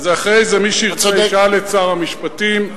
אחרי זה מי שירצה ישאל את שר המשפטים,